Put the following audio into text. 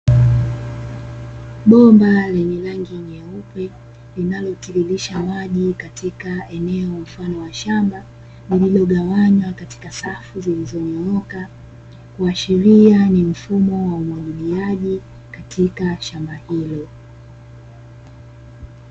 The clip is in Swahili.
Bomba lenye rangi nyeupe, linalotiririsha maji katika eneo mfano wa shamba lililogawanywa katika safu zilizonyooka kuashiria ni mfumo wa umwagiliaji katika shamba hilo.